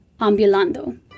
ambulando